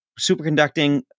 superconducting